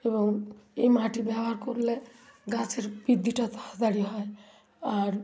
এবং এ মাটি ব্যবহার করলে গাছের বৃদ্ধিটা তাড়াতাড়ি হয় আর